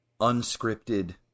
unscripted